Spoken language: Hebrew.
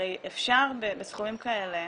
הרי אפשר בסכומים כאלה,